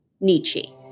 Nietzsche